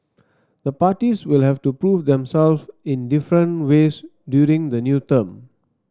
the parties will have to prove themselves in different ways during the new term